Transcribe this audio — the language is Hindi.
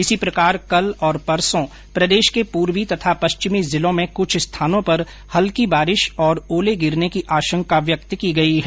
इसी प्रकार कल और परसों प्रदेश के पूर्वी तथा पश्चिमी जिलों में कुछ स्थानों पर हल्की बारिश तथा ओले गिरने की आशंका व्यक्त की है